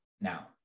now